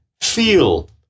feel